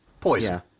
Poison